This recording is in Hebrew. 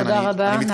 תודה רבה.